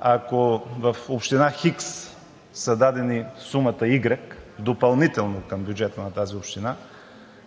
ако в община хикс е дадена сумата игрек допълнително към бюджета на тази община,